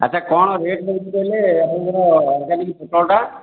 ଆଚ୍ଛା କଣ ରେଟ୍ ରହୁଛି କହିଲେ ଆପଣଙ୍କ ଅର୍ଗାନିକ୍ ପୋଟଳଟା